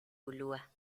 ulua